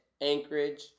anchorage